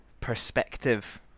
perspective